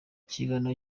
ikirango